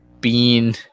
bean